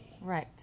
Right